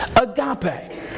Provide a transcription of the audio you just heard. agape